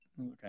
okay